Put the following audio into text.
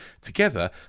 together